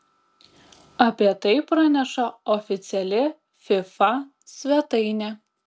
apie tai praneša oficiali fifa svetainė